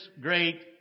great